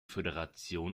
föderation